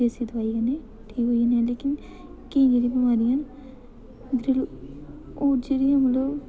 देसी दोआई कन्नै ठीक होन्ने आं केई जेह्ड़ियां बमारियां मतलब होर जेह्ड़िया मतलब